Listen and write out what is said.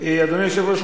אדוני היושב-ראש,